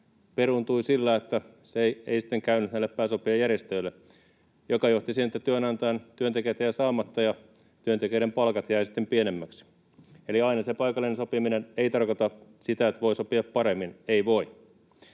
peruuntui sillä, että se ei sitten käynyt näille pääsopijajärjestöille, mikä johti siihen, että työntekijöiltä se jäi saamatta ja työntekijöiden palkat jäivät sitten pienemmiksi. Eli aina se paikallinen sopiminen ei tarkoita sitä, että voi sopia paremmin — ei voi.